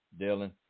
Dylan